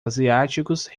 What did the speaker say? asiáticos